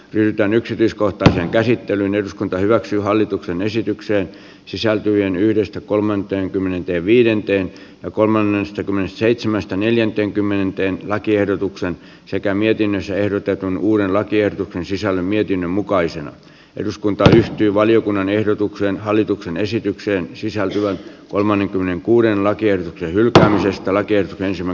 pyydän yksityiskohtaisen käsittelyn eduskunta hyväksyy hallituksen esitykseen sisältyvien yhdestä kolmanteenkymmenenteen viidenteen kolmannesta kymmenes seitsemättä neljänteenkymmenenteen lakiehdotuksen sekä mietinnössä ehdotetun uuden lakiehdotuksen sisällä mietin mukaisena eduskunta ryhtyy valiokunnan ehdotukseen hallituksen esitykseen sisältyvän kolmenkymmenenkuuden lakien hylkää lehtola kiertäisimme